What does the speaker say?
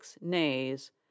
nays